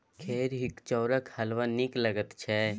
खेरहीक चाउरक हलवा नीक लगैत छै